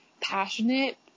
passionate